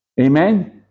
Amen